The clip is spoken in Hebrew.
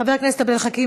חבר הכנסת עבד אל חכים,